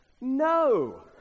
no